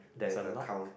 there's a lock